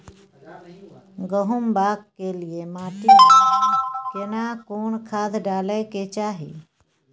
गहुम बाग के लिये माटी मे केना कोन खाद डालै के चाही?